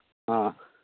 ꯑꯥ